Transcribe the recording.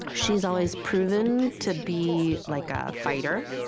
um she's always proven to be like a fighter,